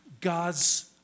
God's